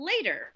later